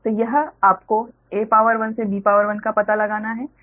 तो यह आपको a से b का पता लगाना है